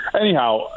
anyhow